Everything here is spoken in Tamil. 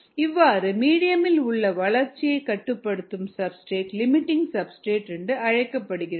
இவ்வாறு மீடியமில் உள்ள வளர்ச்சியைக் கட்டுப்படுத்தும் சப்ஸ்டிரேட் லிமிட்டிங் சப்ஸ்டிரேட் என்று அழைக்கப்படுகிறது